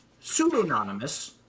pseudonymous